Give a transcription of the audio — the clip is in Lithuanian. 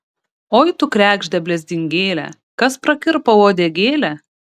oi tu kregžde blezdingėle kas prakirpo uodegėlę